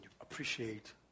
appreciate